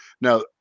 Now